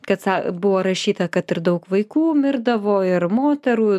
kad sa buvo rašyta kad ir daug vaikų mirdavo ir moterų